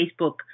Facebook